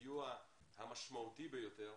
הסיוע המשמעותי ביותר,